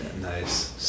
Nice